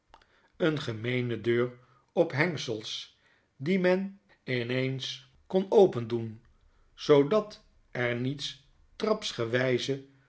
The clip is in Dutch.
een gemeene deur op hengsels die men in eens kon open doen zoodat er niets